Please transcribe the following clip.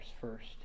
first